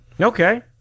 Okay